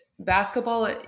basketball